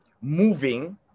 moving